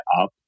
up